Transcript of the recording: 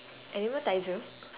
animal taiser